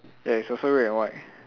yeah it's also red and white